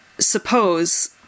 Suppose